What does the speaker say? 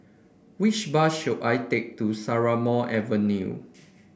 which bus should I take to Strathmore Avenue